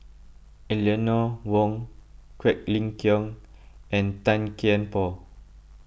Eleanor Wong Quek Ling Kiong and Tan Kian Por